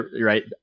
right